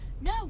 no